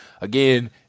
Again